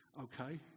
okay